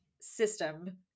system